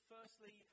Firstly